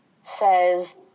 says